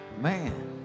man